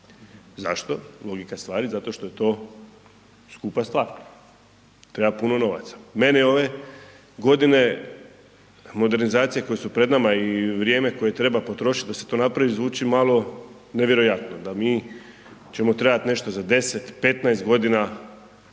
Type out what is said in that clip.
Zašto? Logika stvari, zato što je to skupa stvar, treba puno novaca, meni ove godine modernizacije koje su pred nama i vrijeme koje treba potrošit da se to napravit zvuči malo nevjerojatno da mi ćemo trebat nešto za 10, 15.g.